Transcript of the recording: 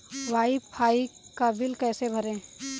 Wi fi का bill कैसे भरें?